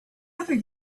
other